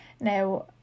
Now